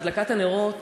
הדלקת הנרות,